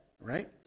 right